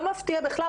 לא מפתיע בכלל,